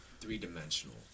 three-dimensional